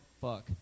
fuck